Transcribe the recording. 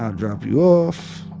i'll drop you off,